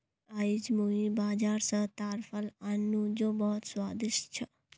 आईज मुई बाजार स ताड़ फल आन नु जो बहुत स्वादिष्ट छ